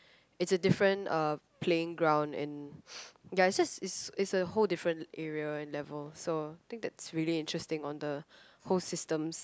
it's a different uh playing ground and ya it just it's a whole different area and level so I think that's really interesting on the whole system